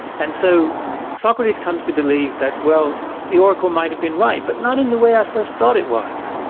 and so socrates comes to believe that, well, the oracle might have been right, but not in the way i first thought it was,